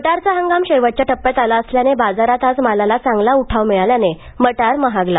मटारचा हंगाम शेवटच्या टप्प्यात आला असल्याने बाजारात आज मालाला चांगला उठाव मिळाल्याने मटार महागला